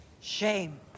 Shame